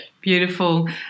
Beautiful